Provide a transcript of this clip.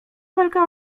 walka